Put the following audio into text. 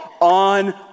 on